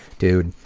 dude.